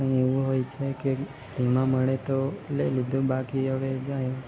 ત્યાં એવું હોય છે કે તેમાં મળે તો લઈ લીધું બાકી હવે જાઈ